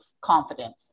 confidence